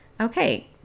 okay